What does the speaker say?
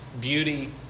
beauty